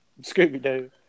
Scooby-Doo